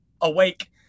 awake